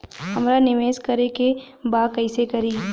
हमरा निवेश करे के बा कईसे करी?